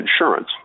insurance